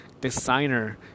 designer